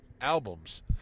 albums